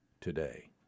today